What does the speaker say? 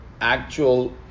actual